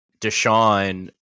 Deshaun